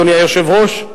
אדוני היושב-ראש?